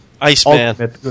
Iceman